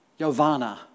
Yovana